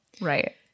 Right